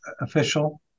official